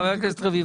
חבר הכנסת רביבו,